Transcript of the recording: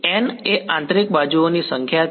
તેથી n એ આંતરિક બાજુઓની સંખ્યા છે